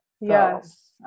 yes